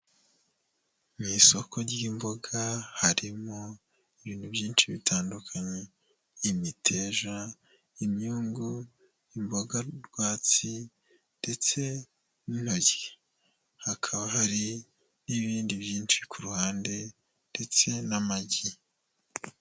Mu isoko ry'imboga harimo ibintu byinshi bitandukanye; imiteja, imyungu, imboga rwatsi ndetse n'intoryi .Hakaba hari n'ibindi byinshi ku ruhande ndetse n'amagi.